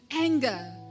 anger